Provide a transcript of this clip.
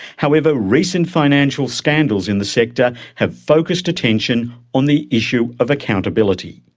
however, recent financial scandals in the sector have focussed attention on the issue of accountability.